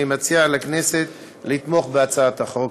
אני מציע לכנסת לתמוך בהצעת החוק.